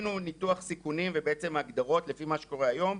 עשינו ניתוח סיכונים ובעצם הגדרות לפי מה שקורה היום.